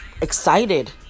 excited